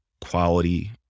quality